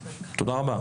תודה.